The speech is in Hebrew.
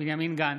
בנימין גנץ,